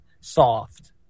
soft